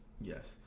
Yes